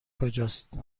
کجاست